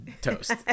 toast